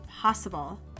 possible